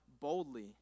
boldly